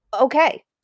okay